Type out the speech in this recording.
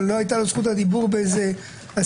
לא הייתה לו זכות הדיבור באיזה אסיפה,